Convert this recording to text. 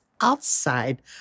outside